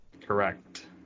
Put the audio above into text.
Correct